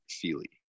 Feely